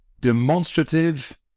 demonstrative